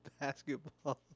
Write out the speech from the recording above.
basketball